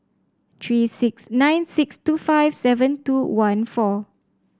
three six nine six two five seven two one four